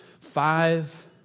Five